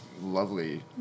lovely